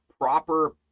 proper